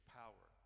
power